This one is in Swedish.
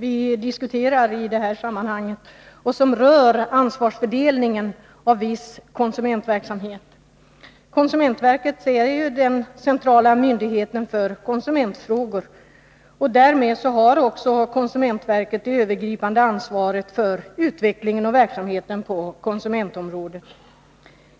vi diskuterar i detta sammanhang och som rör ansvarsfördelningen inom viss konsumentverksamhet. Konsumentverket är den centrala myndigheten för konsumentfrågor. Därmed har också konsumentverket det övergripande ansvaret för utvecklingen och verksamheten på konsumentområdet.